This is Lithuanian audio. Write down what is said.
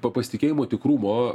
po pasitikėjimo tikrumo